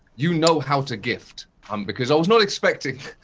you know how to gift um because i was not expecting